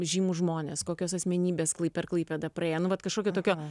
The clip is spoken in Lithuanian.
žymūs žmonės kokios asmenybės klai per klaipėdą praėję nu vat kažkokio tokio